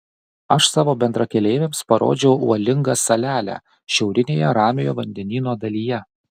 aš savo bendrakeleiviams parodžiau uolingą salelę šiaurinėje ramiojo vandenyno dalyje